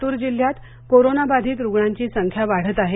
लातूर जिल्ह्यात कोरोनाबाधित रूग्णांची संख्या वाढत आहे